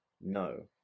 No